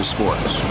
Sports